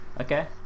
Okay